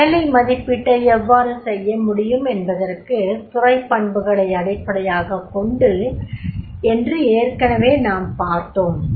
வேலை மதிப்பீட்டை எவ்வாறு செய்ய முடியும் என்பதற்கு துறைப் பண்புகளை அடிப்படியாகக் கொண்டு என்று ஏற்கனவே நாம் பார்த்தோம்